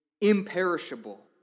imperishable